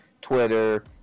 Twitter